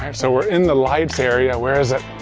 um so, we're in the lights area, where is it?